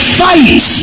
fight